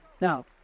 Now